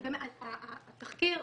התחקיר,